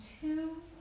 two